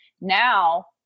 Now